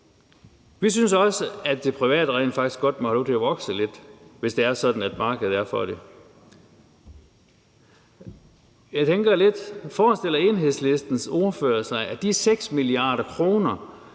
Vi synes også, at det private rent faktisk godt måtte have lov til at vokse lidt, hvis det er sådan, at markedet er for det. Jeg tænker lidt: Forestiller Enhedslistens ordfører sig, at de 6 mia. kr.,